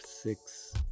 six